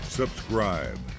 subscribe